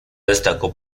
destacó